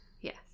Yes